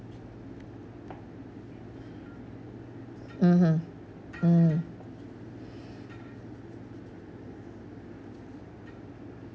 mmhmm mm